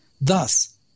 Thus